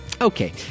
Okay